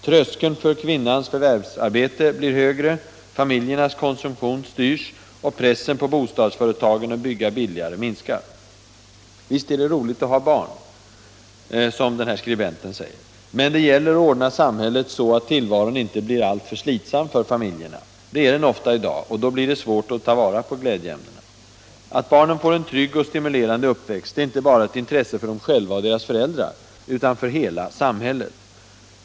Tröskeln för kvinnans förvärvsarbete blir högre, familjernas konsumtion styrs, och pressen på bostadsföretagen att bygga billigare minskar. Och visst är det roligt att ha barn, som den här skribenten säger. Men det gäller att ordna samhället så att tillvaron inte blir alltför slitsam för familjerna. Det är den ofta i dag — och då blir det svårt att ta vara på glädjeämnena. Att barnen får en trygg och stimulerande uppväxt är inte bara ett intresse för dem själva och deras föräldrar, utan för hela samhället.